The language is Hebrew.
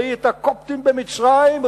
ראי את הקופטים במצרים,